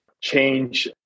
change